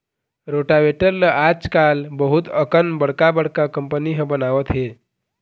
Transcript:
rotavator ल आजकाल बहुत अकन बड़का बड़का कंपनी ह बनावत हे